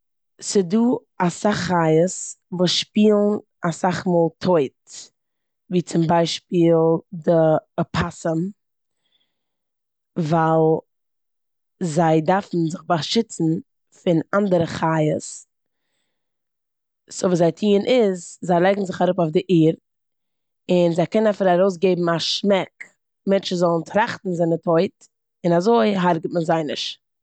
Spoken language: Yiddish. ס'דא אסאך חיות וואס שפילן אסאך מאל טויט, ווי צום בישפיל די אפאסום, ווייל זיי דארפן זיך באשיצן פון אנדערע חיות. סאו וואס זיי טוען איז זיי לייגן זיך אראפ אויף די ערד און זיי קענען אפילו ארויסגעבן א שמעק מענטשן זאלן טראכטן זענען טויט און אזוי הרגעט מען זיי נישט.